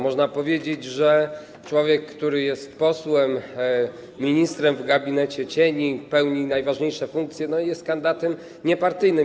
Można powiedzieć, że człowiek, który jest posłem, ministrem w gabinecie cieni, pełni najważniejsze funkcje, jest kandydatem niepartyjnym.